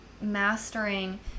mastering